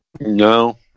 No